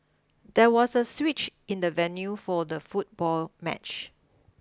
there was a switch in the venue for the football match